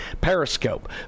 Periscope